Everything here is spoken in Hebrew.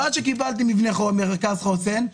ועד שקיבלתי מרכז חוסן,